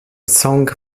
song